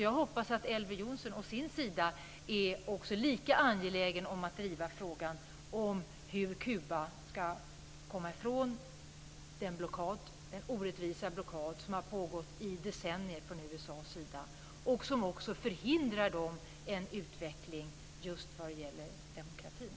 Jag hoppas alltså att Elver Jonsson å sin sida är lika angelägen att driva frågan hur Kuba ska komma ifrån den orättvisa blockad som har pågått i decennier från USA:s sida och som också hindrar en utveckling på Kuba just vad gäller demokratin.